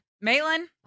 Maitland